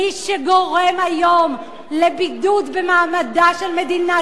את עושה "בילבל" מי שגורם היום לבידוד במעמדה של מדינת